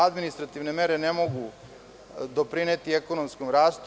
Administrativne mere ne mogu doprineti ekonomskom rastu.